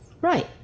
Right